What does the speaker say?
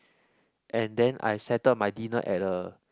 and then I settle my dinner at a